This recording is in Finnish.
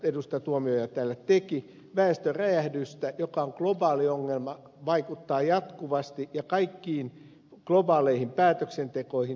tuomioja täällä teki väestöräjähdyksestä joka on globaali ongelma vaikuttaa jatkuvasti ja kaikkiin globaaleihin päätöksentekoihin